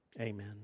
Amen